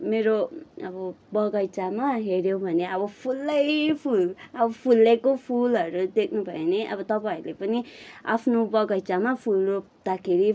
मेरो अब बगैँचामा हेऱ्यो भने आबो फूलै फूल आबो फुलेको फुलहरू देख्नु भयो भने अब तपाईँहरूले पनि आफ्नो बगैँचामा फुल रोप्दाखेरि